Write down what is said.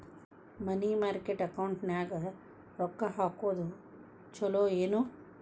ಮನಿ market ಅಕೌಂಟಿನ್ಯಾಗ ರೊಕ್ಕ ಹಾಕುದು ಚುಲೊ ಏನು